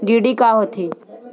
DD का होथे?